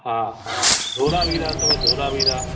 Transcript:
हा हा धोलावीरा अथव धोलावीरा